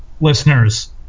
listeners